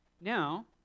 Now